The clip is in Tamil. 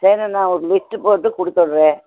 சரி நான் ஒரு லிஸ்டு போட்டு கொடுத்துட்றேன்